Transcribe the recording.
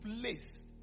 place